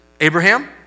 Abraham